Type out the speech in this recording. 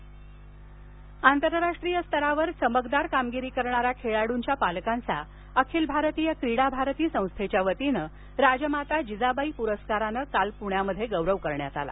परस्कार आंतरराष्ट्रीय स्तरावर चमकदार कामगिरी करणाऱ्या खेळाड्रंच्या पालकांचा अखिल भारतीय क्रीडा भारती संस्थेच्या वतीने राजमाता जिजामा या पुरस्कारानं काल पुण्यात गौरव करण्यात आला